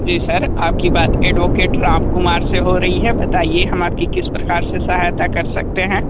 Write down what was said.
जी sir आपकी बात advocate Ram Kumar से हो रही है बताइए हम आपकी किस प्रकार से सहायता कर सकते हैं